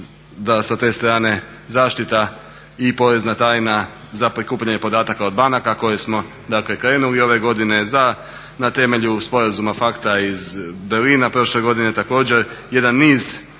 da sa te strane zaštita i porezna tajna za prikupljanje podataka od banaka koje smo dakle krenuli ove godine, za na temelju sporazuma fakta iz Berlina